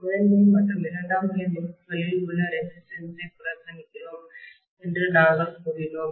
முதன்மை மற்றும் இரண்டாம் நிலை முறுக்குகளில் உள்ள ரெசிஸ்டன்ஸ் ஐ புறக்கணிக்கிறோம் என்று நாங்கள் கூறினோம்